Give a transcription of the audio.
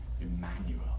Emmanuel